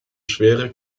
schwere